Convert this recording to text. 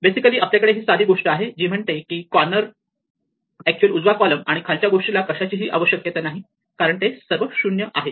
basically आपल्याकडे ही साधी गोष्ट आहे जी म्हणते की कॉर्नर अॅक्च्युअल उजवा कॉलम आणि खालच्या गोष्टीला कशाचीही आवश्यकता नाही कारण ते सर्व 0 आहेत